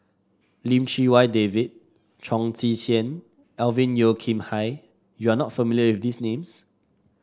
Lim Chee Wai David Chong Tze Chien Alvin Yeo Khirn Hai You are not familiar with these names